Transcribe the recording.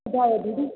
बुधायो दीदी